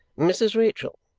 mrs. rachael,